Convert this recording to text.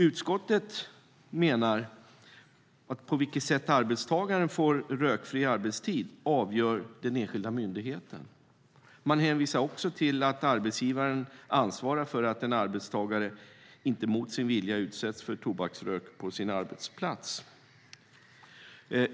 Utskottet menar att det sätt på vilket arbetstagaren får rökfri arbetstid avgörs av den enskilda myndigheten. Man hänvisar också till att arbetsgivaren ansvarar för att en arbetstagare inte mot sin vilja utsätts för tobaksrök på sin arbetsplats.